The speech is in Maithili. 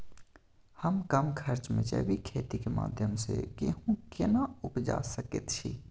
हम कम खर्च में जैविक खेती के माध्यम से गेहूं केना उपजा सकेत छी?